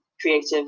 creative